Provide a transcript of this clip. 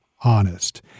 honest